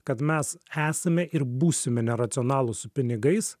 kad mes esame ir būsime neracionalūs su pinigais